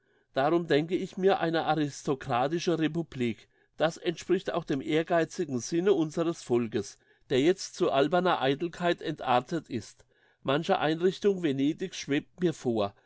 darum denke ich mir eine aristokratische republik das entspricht auch dem ehrgeizigen sinne unseres volkes der jetzt zu alberner eitelkeit entartet ist manche einrichtung venedigs schwebt mir vor